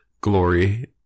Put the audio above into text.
glory